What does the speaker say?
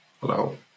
Hello